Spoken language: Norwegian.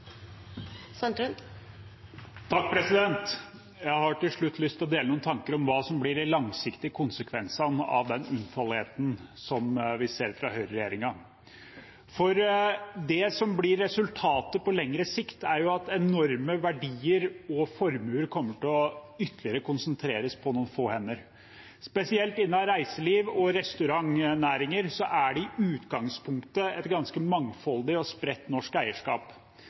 Jeg har til slutt lyst til å dele noen tanker om hva som blir de langsiktige konsekvensene av den unnfallenheten som vi ser fra høyreregjeringen. Det som blir resultatet på lengre sikt, er at enorme verdier og formuer kommer til å konsentreres ytterligere på noen få hender. Spesielt innenfor reiseliv og restaurantnæringen er det i utgangspunktet et ganske mangfoldig og spredt norsk eierskap.